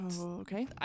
Okay